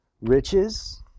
Riches